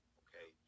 okay